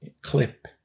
clip